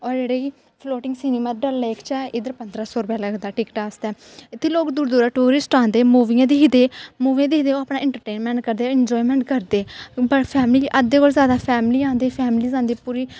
और जेह्ड़ा floating cinema Dal lake च ऐ इद्धर पंदरां सौ रपेआ लगदा टिकटा आस्तै इत्थै लोग दूरा दूरा औंदे मूवियां दिखदे मूवियां दिखदे ओह् अपना इंटरटेनमैंट करदे बट फैमिली अद्धे कोला जैदा फैमिली औंदी फैमलियां औंदी पूरी